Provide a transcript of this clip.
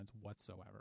whatsoever